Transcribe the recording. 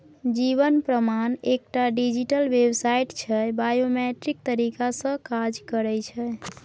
जीबन प्रमाण एकटा डिजीटल बेबसाइट छै बायोमेट्रिक तरीका सँ काज करय छै